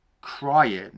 crying